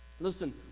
Listen